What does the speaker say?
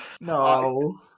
no